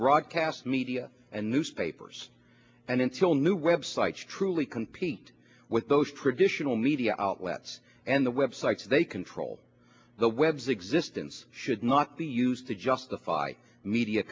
broadcast media and newspapers and until new web sites truly compete with those provisional media outlets and the websites they control the web's existence should not be used to justify media